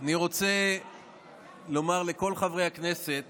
אני רוצה לומר לכל חברי הכנסת